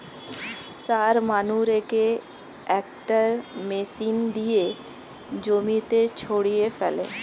সার মানুরেকে একটা মেশিন দিয়ে জমিতে ছড়িয়ে ফেলে